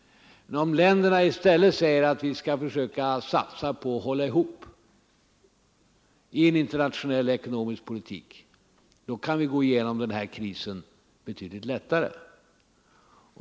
Men om länderna i stället säger att vi skall satsa på att försöka hålla ihop i en internationell ekonomisk politik — ja, då kan vi gå igenom krisen betydligt lättare.